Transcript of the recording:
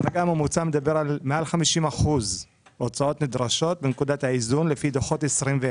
כרגע הממוצע מדבר על מעל 50% הוצאות נדרשות בנקודת האיזון לפי דוחות 21'